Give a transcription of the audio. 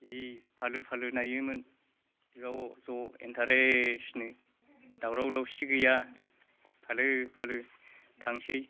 जि फालो फालो नायोमोन ज' ज' इनटारेसट नो दावराव दावसि गैया फालो फालो थांसै